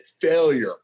failure